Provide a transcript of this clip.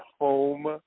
home